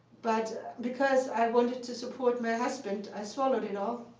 but because i wanted to support my husband, i swallowed it all.